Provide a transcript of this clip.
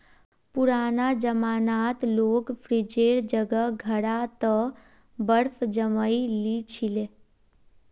पुराना जमानात लोग फ्रिजेर जगह घड़ा त बर्फ जमइ ली छि ले